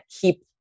keep